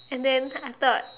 and then I thought